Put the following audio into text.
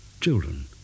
children